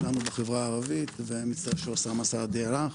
אני מצטער שאוסאמה סעדי הלך,